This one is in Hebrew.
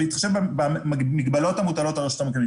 בהתחשב במגבלות המוטלות על הרשות המקומית,